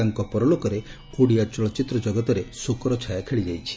ତାଙ୍କ ପରଲୋକରେ ଓଡ଼ିଆ ଚଳଚ୍ଚିତ୍ର ଜଗତରେ ଶୋକର ଛାୟା ଖେଳିଯାଇଛି